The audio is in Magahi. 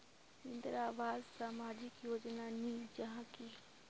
इंदरावास सामाजिक योजना नी जाहा की?